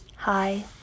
Hi